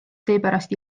seepärast